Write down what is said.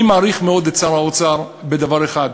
אני מעריך מאוד את שר האוצר בדבר אחד,